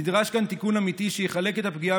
נדרש כאן תיקון אמיתי שיחלק את הפגיעה